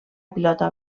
pilota